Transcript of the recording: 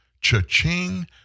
Cha-ching